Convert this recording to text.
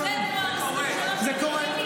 זה קורה.